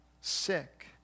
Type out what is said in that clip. sick